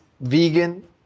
vegan